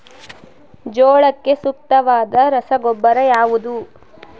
ಜೋಳಕ್ಕೆ ಸೂಕ್ತವಾದ ರಸಗೊಬ್ಬರ ಯಾವುದು?